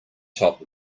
top